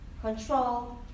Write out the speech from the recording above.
Control